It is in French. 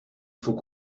faut